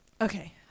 okay